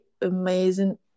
amazing